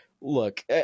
look